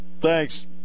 Thanks